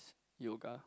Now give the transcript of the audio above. yoga